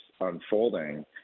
unfolding